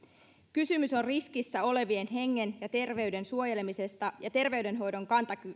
kysymys on riskissä olevien hengen ja terveyden suojelemisesta ja terveydenhoidon